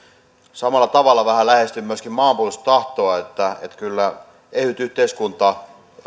samalla tavalla vähän lähestyn maanpuolustustahtoa kyllä ehyt yhteiskunta